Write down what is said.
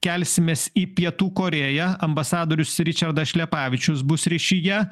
kelsimės į pietų korėją ambasadorius ričardas šlepavičius bus ryšyje